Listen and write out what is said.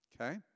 okay